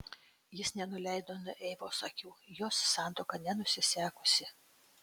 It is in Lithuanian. jis nenuleido nuo eivos akių jos santuoka nenusisekusi